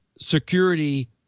security